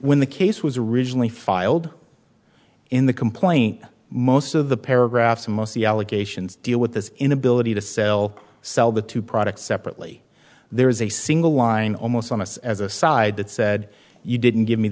when the case was originally filed in the complaint most of the paragraphs the most the allegations deal with this inability to sell sell the two products separately there is a single line almost on us as a side that said you didn't give me